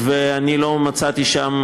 ואני לא מצאתי שם,